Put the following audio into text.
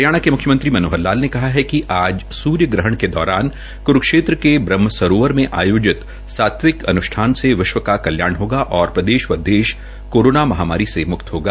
हरियाणा के म्ख्यमंत्री मनोहर लाल ने कहा है कि आज सूर्य ग्रहण के दौरान क्रूक्षेत्र के ब्रह्मसरोबर में आयोजित सात्विक अन्षठान से विश्व का कल्याण होगा और प्रदेश देश कोरोना महामारी से मुक्त होगा